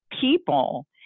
people